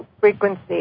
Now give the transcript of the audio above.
frequency